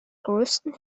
größten